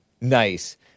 Nice